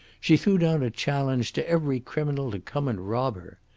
she threw down a challenge to every criminal to come and rob her.